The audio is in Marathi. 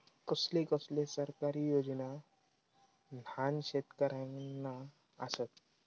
कसले कसले सरकारी योजना न्हान शेतकऱ्यांना आसत?